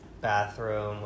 bathroom